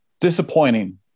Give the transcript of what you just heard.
Disappointing